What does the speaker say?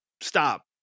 stop